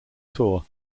tour